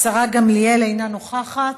השרה גמליאל, אינה נוכחת,